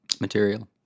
Material